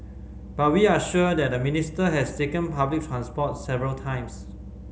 but we are sure that the Minister has taken public transport several times